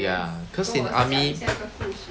ya cause in the army